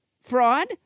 Fraud